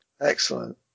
Excellent